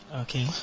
Okay